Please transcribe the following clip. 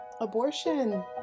abortion